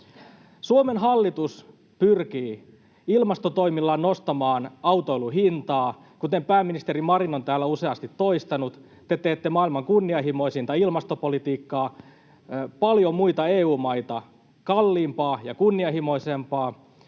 Suomen hallitus pyrkii ilmastotoimillaan nostamaan autoilun hintaa. Kuten pääministeri Marin on täällä useasti toistanut, te teette maailman kunnianhimoisinta ilmastopolitiikkaa, paljon muita EU-maita kalliimpaa ja kunnianhimoisempaa,